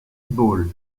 ball